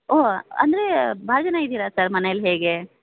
ಓಹ್ ಅಂದರೆ ಭಾಳ ಜನ ಇದ್ದೀರ ಸರ್ ಮನೇಲ್ಲಿ ಹೇಗೆ